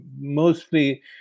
mostly